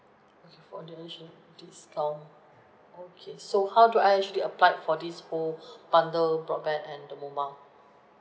okay for the additional discount okay so how do I actually applied for this whole bundle broadband and the mobile